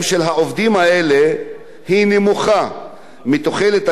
מתוחלת החיים הממוצעת של אזרחי ישראל.